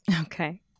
Okay